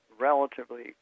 relatively